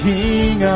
King